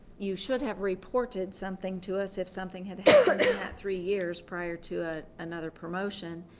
you should have reported something to us if something had happened in that three years prior to ah another promotion.